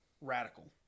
radical